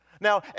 Now